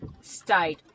state